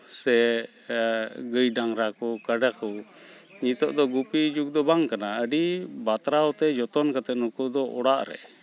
ᱥᱮ ᱜᱟᱹᱭ ᱰᱟᱝᱨᱟ ᱠᱚ ᱠᱟᱰᱟ ᱠᱚ ᱱᱤᱛᱳᱜ ᱫᱚ ᱜᱩᱯᱤ ᱡᱩᱜᱽ ᱫᱚ ᱵᱟᱝ ᱠᱟᱱᱟ ᱟᱹᱰᱤ ᱵᱟᱛᱨᱟᱣ ᱛᱮ ᱡᱚᱛᱚᱱ ᱠᱟᱛᱮᱫ ᱱᱩᱠᱩ ᱫᱚ ᱚᱲᱟᱜ ᱨᱮ